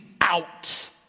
out